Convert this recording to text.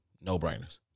no-brainers